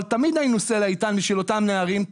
אבל תמיד היינו סלע איתן בשביל אותם נערים,